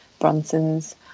bronsons